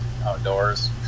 outdoors